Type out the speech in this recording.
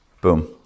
Boom